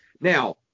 Now